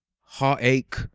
heartache